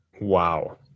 Wow